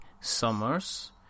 Summers